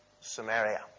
Samaria